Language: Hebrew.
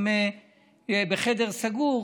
הם בחדר סגור.